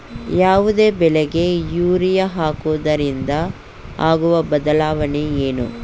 ಯಾವುದೇ ಬೆಳೆಗೆ ಯೂರಿಯಾ ಹಾಕುವುದರಿಂದ ಆಗುವ ಬದಲಾವಣೆ ಏನು?